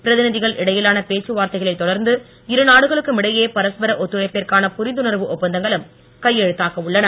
பிரதிநிதிகள் இடையிலான பேச்சு வார்த்தைகளைத் தொடர்ந்து இருநாடுகளுக்கும் இடையே பரஸ்பர ஒத்துழைப்பிற்கான புரிந்துணர்வு ஒப்பந்தங்களும் கையெழுத்தாக உள்ளன